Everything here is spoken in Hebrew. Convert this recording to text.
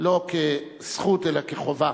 לא כזכות אלא כחובה.